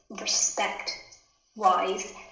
respect-wise